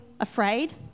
afraid